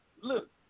Look